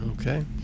okay